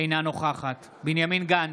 אינה נוכחת בנימין גנץ,